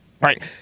Right